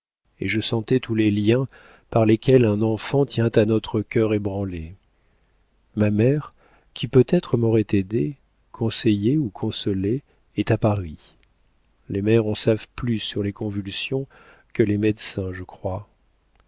et je sentais tous les liens par lesquels un enfant tient à notre cœur ébranlés ma mère qui peut-être m'aurait aidée conseillée ou consolée est à paris les mères en savent plus sur les convulsions que les médecins je crois